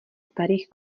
starých